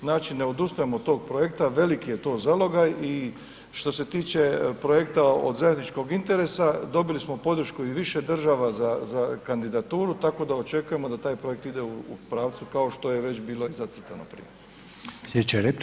Znači ne odustajemo od tog projekta, veliki je to zalogaj i što se tiče projekta od zajedničkog interesa dobili smo podršku i više država za kandidaturu, tako da očekujemo da taj projekt ide u pravcu kao što je već i bilo zacrtano prije.